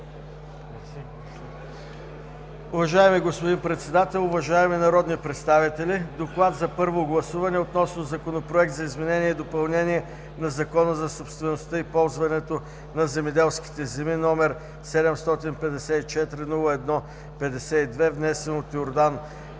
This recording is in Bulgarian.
Уважаеми господин Председател, уважаеми народни представители! „ДОКЛАД за първо гласуване относно Законопроект за изменение и допълнение на Закона за собствеността и ползването на земеделските земи № 754-01-52, внесен от Йордан